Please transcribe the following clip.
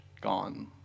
Gone